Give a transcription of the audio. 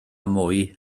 mwy